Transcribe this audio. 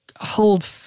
hold